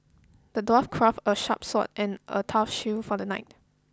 the dwarf crafted a sharp sword and a tough shield for the knight